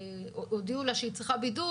קיבלה הודעה על כך שהיא צריכה בידוד,